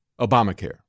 Obamacare